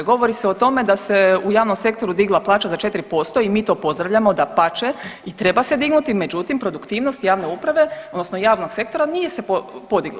Govori se o tome da se u javnom sektoru digla plaća za 4% i mi to pozdravljamo, dapače i treba se dignuti, međutim produktivnost javne uprave odnosno javnog sektora nije se podigla.